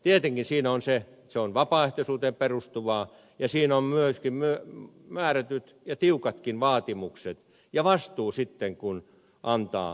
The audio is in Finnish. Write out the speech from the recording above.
tietenkin siinä on se että se on vapaaehtoisuuteen perustuvaa ja siinä on myöskin määrätyt ja tiukatkin vaatimukset ja vastuu sitten kun antaa lausuntoja